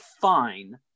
fine